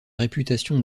réputation